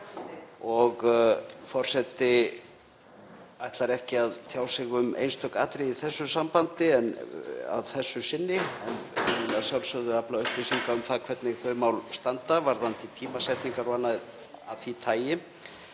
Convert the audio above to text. í.) Forseti ætlar ekki að tjá sig um einstök atriði í þessu sambandi að þessu sinni en mun að sjálfsögðu afla upplýsinga um það hvernig þau mál standa varðandi tímasetningar og